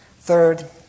third